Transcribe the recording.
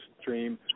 stream